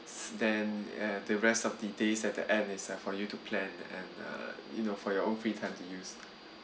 then the rest of the days at the end is uh for you to plan and uh you know for your own free time to use